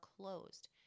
closed